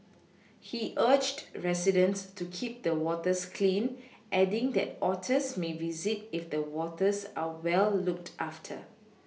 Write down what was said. he urged residents to keep the waters clean adding that otters may visit if the waters are well looked after